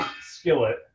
skillet